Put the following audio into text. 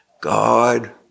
God